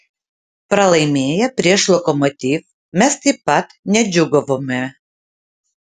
pralaimėję prieš lokomotiv mes taip pat nedžiūgavome